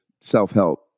self-help